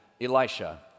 Elisha